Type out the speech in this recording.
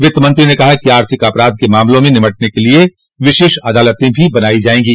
वित्तमंत्री ने कहा कि आर्थिक अपराध के मामला से निपटने के लिए विशेष अदालते भी बनाई जाएंगी